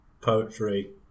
Poetry